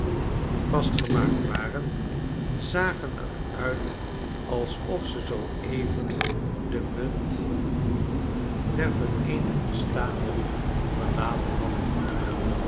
vastgemaakt waren zagen er uit alsof ze zoo even de mun t der vereenigde staten verlaten hadden